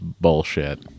Bullshit